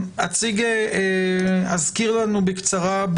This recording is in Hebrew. אזכיר לנו בקצרה,